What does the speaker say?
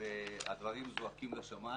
והדברים זועקים לשמיים,